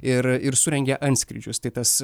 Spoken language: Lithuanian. ir surengė antskrydžius tai tas